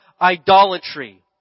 idolatry